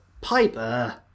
Piper